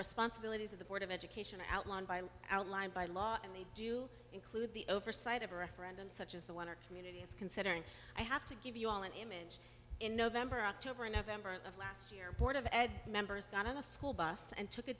responsibilities of the board of education outlined by outlined by law and they do include the oversight of a referendum such as the one our community is considering i have to give you all an image in november october november of last year board of ed members not on a school bus and took a